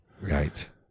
Right